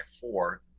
four